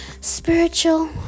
spiritual